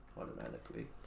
automatically